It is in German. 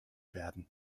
werden